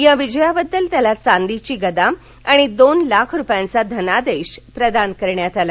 या विजयाबद्दल त्याला चांदीची गदा आणि दोन लाख रुपयांचा धनादेश प्रदान करण्यात आला